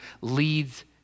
leads